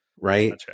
Right